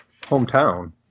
hometown